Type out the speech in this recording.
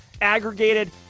aggregated